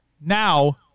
Now